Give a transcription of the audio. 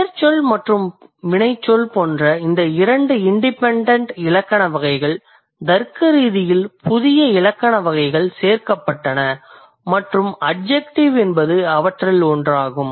பெயர்ச்சொல் மற்றும் வினைச்சொல் போன்ற இந்த இரண்டு இண்டிபெண்டண்ட் இலக்கண வகைகள் தர்க்கரீதியில் புதிய இலக்கண வகைகள் சேர்க்கப்பட்டன மற்றும் அட்ஜெக்டிவ் என்பது அவற்றில் ஒன்றாகும்